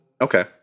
Okay